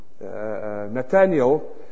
Nathaniel